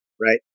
right